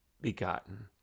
begotten